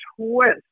twist